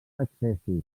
accessos